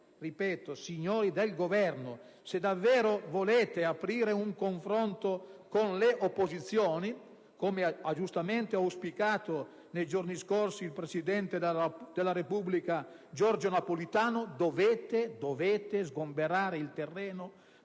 Signori del Governo, se davvero volete aprire un confronto con le opposizioni, come ha giustamente auspicato nei giorni scorsi il Presidente della Repubblica, Giorgio Napolitano, dovete sgombrare il terreno